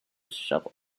shovel